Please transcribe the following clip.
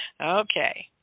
Okay